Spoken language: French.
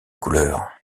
couleurs